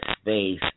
space